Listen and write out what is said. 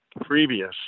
previous